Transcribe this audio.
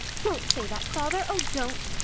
don't say that, father. oh, don't.